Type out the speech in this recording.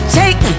take